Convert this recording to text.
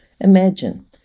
Imagine